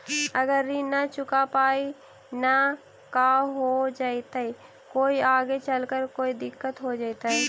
अगर ऋण न चुका पाई न का हो जयती, कोई आगे चलकर कोई दिलत हो जयती?